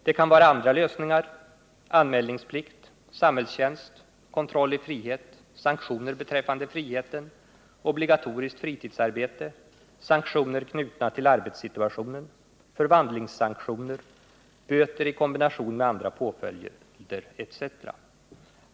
Det kan vara andra lösningar — anmälningsplikt, samhällstjänst, kontroll i frihet, sanktioner beträffande friheten, obligatoriskt fritidsarbete, sanktioner knutna till arbetssituationen, förvandlingssanktioner, böter i kombination med andra påföljder etc.